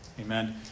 Amen